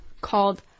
called